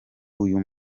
uyu